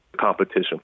competition